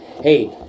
Hey